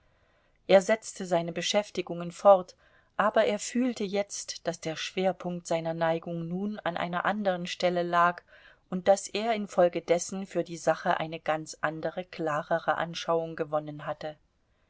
er setzte seine beschäftigungen fort aber er fühlte jetzt daß der schwerpunkt seiner neigung nun an einer an deren stelle lag und daß er infolgedessen für die sache eine ganz andere klarere anschauung gewonnen hatte